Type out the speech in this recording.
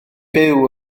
byw